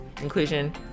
inclusion